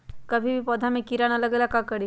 कभी भी पौधा में कीरा न लगे ये ला का करी?